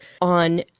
on